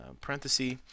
parenthesis